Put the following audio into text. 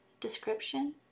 description